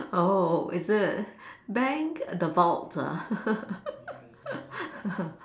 oh is it bank the vault ah